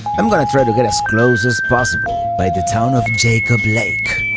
i'm gonna try to get as close as possible by the town of jacob lake.